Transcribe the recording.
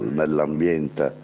nell'ambiente